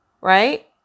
Right